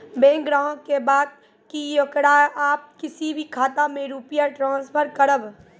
Bank ग्राहक के बात की येकरा आप किसी भी खाता मे रुपिया ट्रांसफर करबऽ?